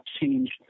change